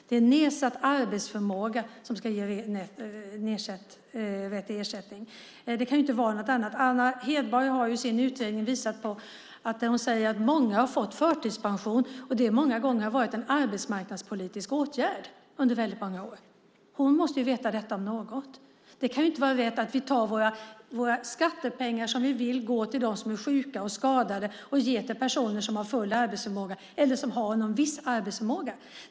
Det är nedsatt arbetsförmåga som ska ge rätt till ersättning. Det kan inte vara någonting annat. Anna Hedborg har i sin utredning visat på att många har fått förtidspension och att det många gånger har varit en arbetsmarknadspolitisk åtgärd under väldigt många år. Hon om någon måste veta detta. Det kan inte vara rätt att vi tar våra skattepengar som vi vill ska gå till dem som är sjuka och skadade och ge till personer som har full eller viss arbetsförmåga.